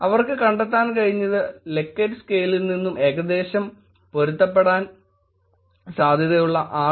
അവർക്ക് കണ്ടെത്താൻ കഴിഞ്ഞത് ലൈക്കററ് സ്കെയിലിൽ ഏകദേശം പൊരുത്തപ്പെടാൻ സാധ്യതയുള്ള 6